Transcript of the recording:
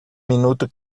minuto